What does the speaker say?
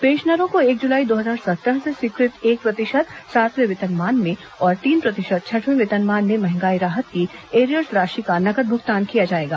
पेंशनरों को एक जुलाई दो हजार सत्रह से स्वीकृत एक प्रतिशत सातवें वेतनमान में और तीन प्रतिशत छठवें वेतनमान में महंगाई राहत की एरियर्स राशि का नकद भुगतान किया जाएगा